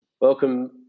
Welcome